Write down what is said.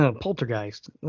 Poltergeist